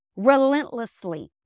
Relentlessly